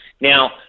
Now